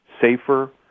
safer